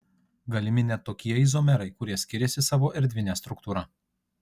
galimi net tokie izomerai kurie skiriasi savo erdvine struktūra